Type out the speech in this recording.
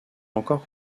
encore